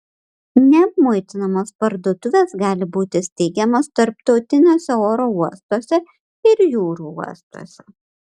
neapmuitinamos parduotuvės gali būti steigiamos tarptautiniuose oro uostuose ir jūrų uostuose